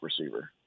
receiver